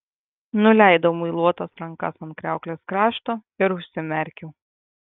nuleidau muiluotas rankas ant kriauklės krašto ir užsimerkiau